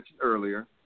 earlier